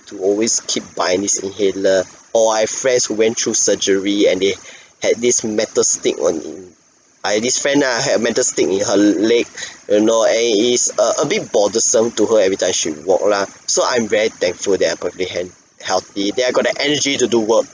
to always keep to always keep buying this inhaler oh I have friends who went through surgery and they had this metal stick on I have this friend lah had a metal stick in her leg you know and it is a bit bothersome to her everytime she walk lah so I'm very thankful that I'm perfectly han~ healthy that I got the energy to do work